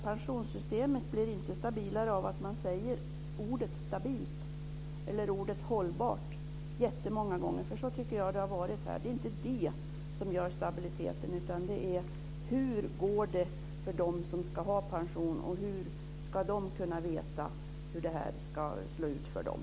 Pensionssystemet blir inte stabilare av att man säger "stabilt" eller "hållbart" många gånger. Så tycker jag att det har varit. Det är inte det som gör stabiliteten, utan det handlar om hur det går för dem som ska ha pension och hur de ska kunna veta hur det slår ut för dem.